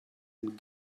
and